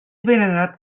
venerat